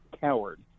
coward